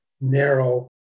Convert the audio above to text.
narrow